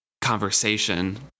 Conversation